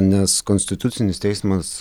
nes konstitucinis teismas